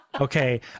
Okay